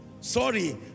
sorry